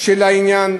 של העניין,